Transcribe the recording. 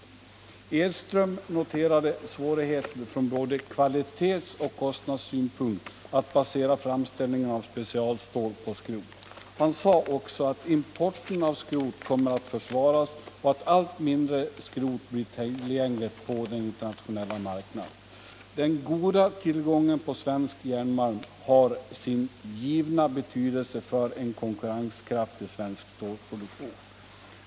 Professor Edström noterade svårigheten från både kvalitetsoch kostnadssynpunkt att basera framställningen av specialstål på skrot. Han sade också att importen av skrot kommer att försvåras och att allt mindre skrot blir tillgängligt på den internationella marknaden. Den goda tillgången på svensk järnmalm har givetvis betydelse för en konkurrenskraftig svensk stålproduktion.